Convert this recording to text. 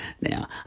now